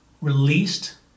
released